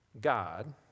God